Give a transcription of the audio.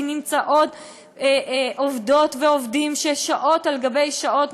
כי נמצאות עובדות ונמצאים עובדים שעות על שעות,